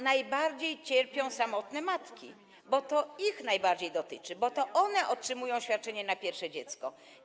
Najbardziej cierpią samotne matki, bo to ich najbardziej dotyczy, bo to one otrzymują świadczenie na pierwsze dziecko.